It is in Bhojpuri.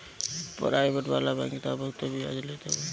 पराइबेट वाला बैंक तअ बहुते बियाज लेत हवे